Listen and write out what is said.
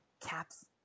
caps